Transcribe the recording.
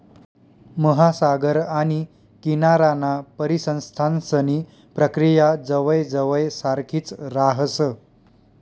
महासागर आणि किनाराना परिसंस्थांसनी प्रक्रिया जवयजवय सारखीच राहस